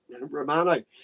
Romano